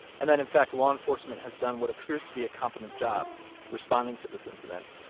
and that, in fact, law enforcement has done what appears to be a competent job responding to this incident.